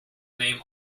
name